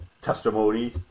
testimony